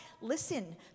listen